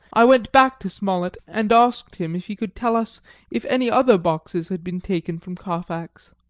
i went back to smollet, and asked him if he could tell us if any other boxes had been taken from carfax.